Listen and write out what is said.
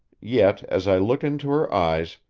yet, as i looked into her eyes,